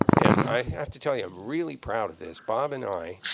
and i have to tell you, i'm really proud of this. bob and i,